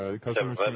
customers